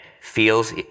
feels